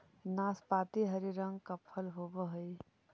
नाशपाती हरे रंग का फल होवअ हई